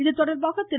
இதுதொடர்பாக திரு